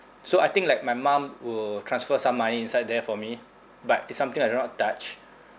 so I think like my mum will transfer some money inside there for me but it's something I do not touch